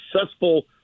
successful